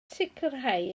sicrhau